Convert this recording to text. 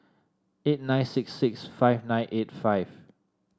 eight nine six six five nine eight five